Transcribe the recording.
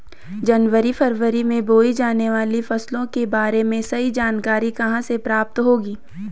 जनवरी फरवरी में बोई जाने वाली फसलों के बारे में सही जानकारी कहाँ से प्राप्त होगी?